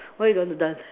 why you don't to dance